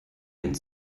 den